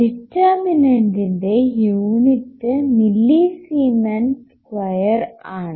ഡിറ്റർമിനന്റിന്റെ unit millisiemens square ആണ്